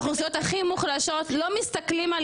האוכלוסיות הכי מוחלשות לא מסתכלים,